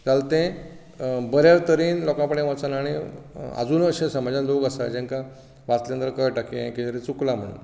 जाल्यार तें बऱ्या तरेन लोकां कडेन वचना आनी आजूनय समाजांत अशे लोक आसात जेंका वाचल्या नंतर कळटा की हें कितें तरीं चुकलां म्हणून